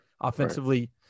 Offensively